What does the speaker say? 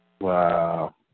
Wow